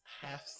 half